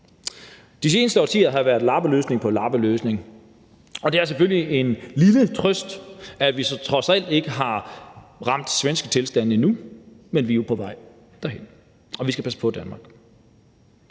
De seneste årtier har været lappeløsning på lappeløsning, og det er selvfølgelig en lille trøst, at vi trods alt ikke har ramt svenske tilstande endnu, men vi er på vej derhen, og vi skal passe på Danmark.